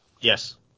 Yes